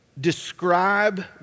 describe